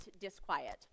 disquiet